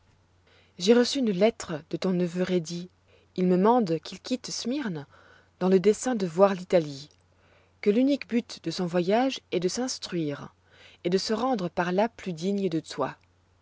j'ai reçu une lettre de ton neveu rhédi il me mande qu'il quitte smyrne dans le dessein de voir l'italie que l'unique but de son voyage est de s'instruire et de se rendre par là plus digne de toi